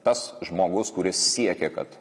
tas žmogus kuris siekia kad